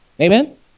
Amen